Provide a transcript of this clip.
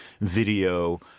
video